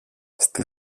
στη